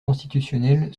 constitutionnelle